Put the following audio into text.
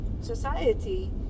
society